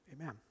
Amen